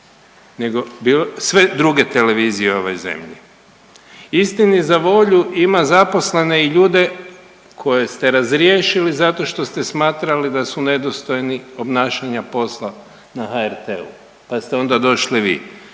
nego sve druge televizije u ovoj zemlji. Istini za volju ima zaposlene i ljude koje ste razriješili zato što ste smatrali da su nedostojni obnašanja posla na HRT-u, pa ste onda došli vi